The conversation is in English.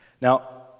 Now